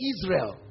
Israel